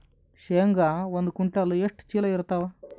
ಶೇಂಗಾ ಒಂದ ಕ್ವಿಂಟಾಲ್ ಎಷ್ಟ ಚೀಲ ಎರತ್ತಾವಾ?